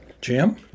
Jim